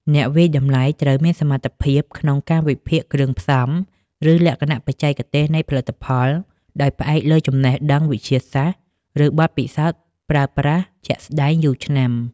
អ្នកវាយតម្លៃត្រូវមានសមត្ថភាពក្នុងការវិភាគគ្រឿងផ្សំ ឬលក្ខណៈបច្ចេកទេសនៃផលិតផល ដោយផ្អែកលើចំណេះដឹងវិទ្យាសាស្ត្រ ឬបទពិសោធន៍ប្រើប្រាស់ជាក់ស្តែងយូរឆ្នាំ។